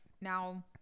now